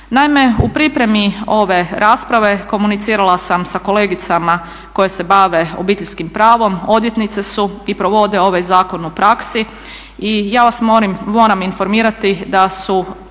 Naime, u pripremi ove rasprave komunicirala sam sa kolegicama koje se bave obiteljskim pravom, odvjetnice su i provode ovaj zakon u praksi. I ja vas moram informirati da su